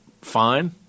fine